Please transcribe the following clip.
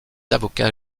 avocats